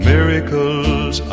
miracles